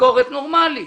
משכורת נורמלית.